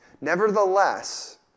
Nevertheless